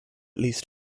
least